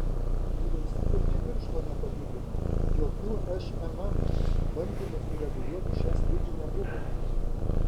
vyriausybė nė piršto nepajudino jokių šmm bandymų sureguliuoti šią sritį nebuvo